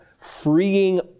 freeing